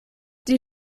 die